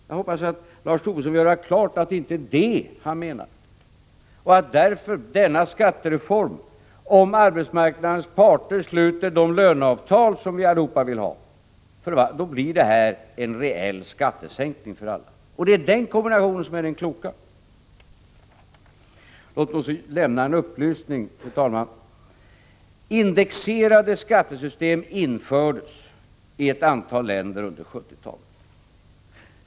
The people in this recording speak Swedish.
Jag hoppas att Lars Tobisson vill göra klart att det inte är vad han menar utan att om arbetsmarknadens parter sluter de löneavtal som vi alla vill ha blir detta en reell skattesänkning för alla. — Och det är den kombinationen som är den kloka! Låt mig också lämna en upplysning, fru talman. Indexerade skattesystem infördes i ett antal länder under 1970-talet.